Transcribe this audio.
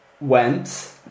went